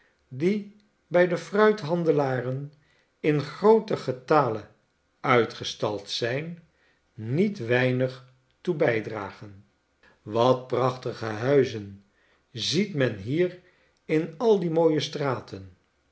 die bij de fruithandelaren in grooten getale uitgestald zijn niet weinig toe bijdragen wat prachtige huizen ziet men hier in al die mooie straten